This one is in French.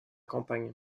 campagne